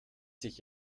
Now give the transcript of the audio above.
sich